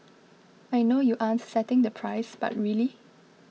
I know you aren't setting the price but really